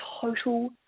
total